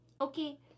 Okay